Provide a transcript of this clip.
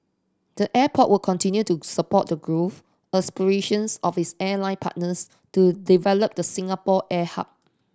the airport will continue to support the growth aspirations of its airline partners to develop the Singapore air hub